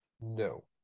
No